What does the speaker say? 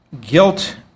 Guilt